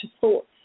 thoughts